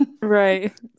right